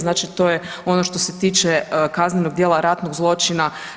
Znači to je ono što se tiče kaznenog dijela ratnog zločina.